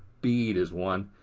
bead is one.